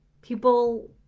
People